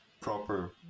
proper